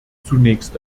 zunächst